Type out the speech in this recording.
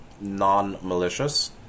non-malicious